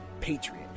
patriot